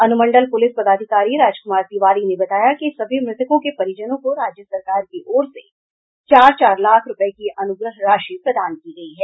अनुमंडल पुलिस पदाधिकारी राजकुमार तिवारी ने बताया कि सभी मृतकों के परिजनों को राज्य सरकार की ओर से चार चार लाख रुपए की अनुग्रह राशि प्रदान की गई है